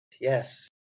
yes